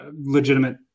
legitimate